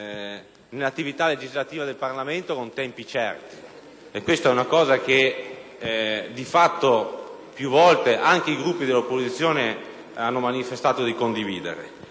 nell'attività legislativa del Parlamento con tempi certi. Questa è una necessità che di fatto, più volte, anche i Gruppi dell'opposizione hanno manifestato di condividere.